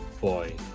boy